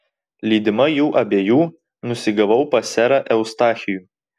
lydima jų abiejų nusigavau pas serą eustachijų